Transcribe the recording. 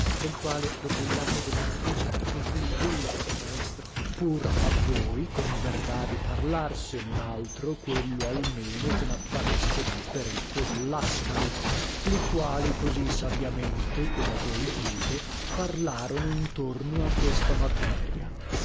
del quale dopo il latte della nutrice mi fu il vulgo maestro corteg pur a voi converrà di parlar se non altro quello almeno che napparaste dal peretto e dal lascari li quali così saviamente come voi dite parlarono intorno a questa materia